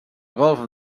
golf